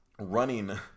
running